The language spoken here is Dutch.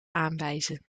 aanwijzen